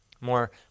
More